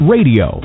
Radio